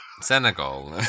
Senegal